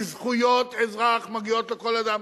כי זכויות אזרח מגיעות לכל אדם.